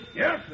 Yes